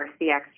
CX